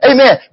Amen